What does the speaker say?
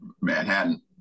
Manhattan